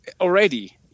Already